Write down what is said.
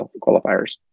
qualifiers